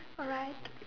alright